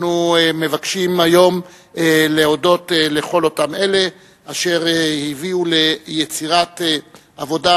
אנחנו מבקשים היום להודות לכל אותם אלה אשר הביאו ליצירת עבודה